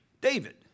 David